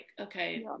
okay